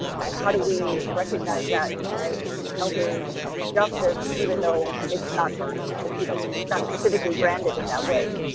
and how do we recognize that as elder justice even though it's not you know not specifically branded in that way?